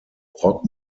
rock